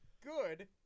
good